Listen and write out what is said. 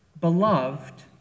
Beloved